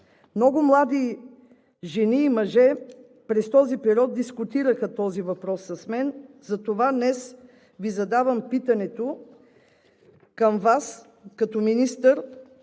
Много млади жени и мъже през този период дискутираха този въпрос с мен, затова днес задавам питането към Вас като министър: